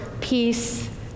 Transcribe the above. peace